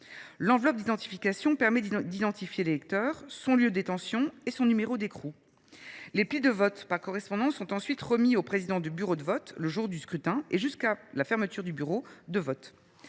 L’enveloppe d’identification permet, je le rappelle, d’identifier l’électeur, son lieu de détention et son numéro d’écrou. Les plis de vote par correspondance sont ensuite remis au président du bureau de vote le jour du scrutin, jusqu’à la fermeture du bureau de vote.